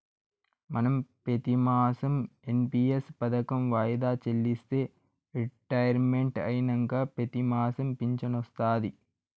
మనం పెతిమాసం ఎన్.పి.ఎస్ పదకం వాయిదా చెల్లిస్తే రిటైర్మెంట్ అయినంక పెతిమాసం ఫించనొస్తాది